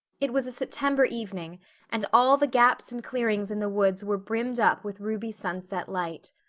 it was a september evening and all the gaps and clearings in the woods were brimmed up with ruby sunset light.